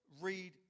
read